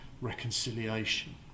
reconciliation